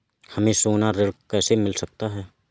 हमें सोना ऋण कैसे मिल सकता है?